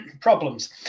problems